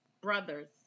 brothers